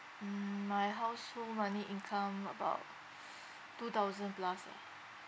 mm my household monthly income about two thousand plus ah